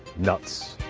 nuts.